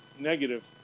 negative